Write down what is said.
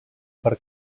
per